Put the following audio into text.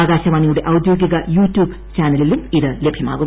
ആകാശവാണിയുടെ ഔദ്യോഗിക യൂട്യൂബ് ചാനലിലും ഇത് ലഭ്യമാകും